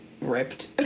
ripped